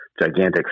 gigantic